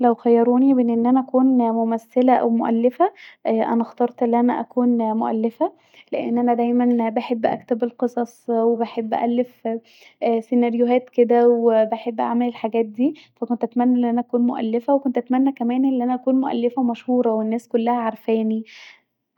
لو خيروني أن انا اكون ممثله او مؤلفه أنا اخرت أن انا اكون مؤلفه لأن انا دايما بحب اكتب القصص وبحب ألف سنريوهات كدا وبحب اعمل الحاجات ديه ف كنت اتمني ان انا أكون مؤلفه وكنت اتمني كمان أن أكون مؤلفه مشهوره والناس كلها عارفاني